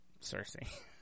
Cersei